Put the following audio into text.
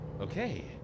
okay